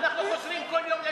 אנחנו חוזרים כל יום ליישוב,